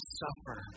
suffer